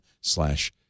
slash